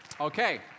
Okay